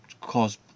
cause